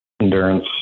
endurance